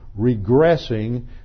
regressing